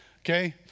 okay